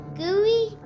gooey